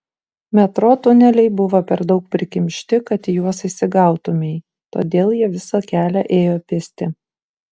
metro tuneliai buvo per daug prikimšti kad į juos įsigautumei todėl jie visą kelią ėjo pėsti